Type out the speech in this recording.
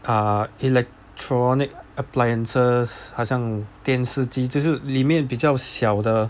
uh electronic appliances 好像电视机就是里面比较小的